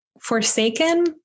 forsaken